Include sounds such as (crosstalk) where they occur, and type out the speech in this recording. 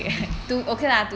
(laughs)